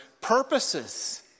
purposes